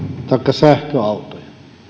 taikka sähköautoja